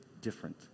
different